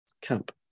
Camp